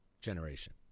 generation